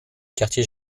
quartier